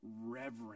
reverence